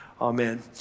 Amen